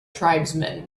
tribesman